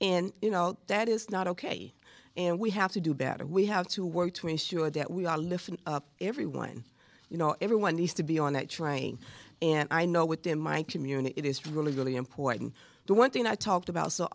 and you know that is not ok and we have to do better we have to work to make sure that we are lift up everyone you know everyone needs to be on that trying and i know within my community it is really really important the one thing i talked about so